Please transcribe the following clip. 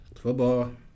football